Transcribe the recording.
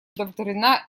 удовлетворена